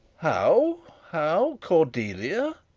how, how, cordelia?